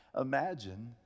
imagine